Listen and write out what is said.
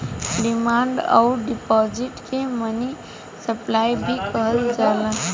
demand अउर deposit के money supply भी कहल जाला